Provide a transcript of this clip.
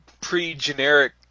pre-generic